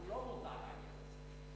הוא לא מודע לעניין הזה.